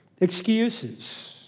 Excuses